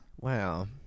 Wow